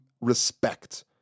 respect